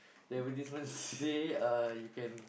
their advertisement say uh you can